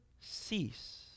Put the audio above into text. cease